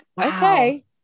okay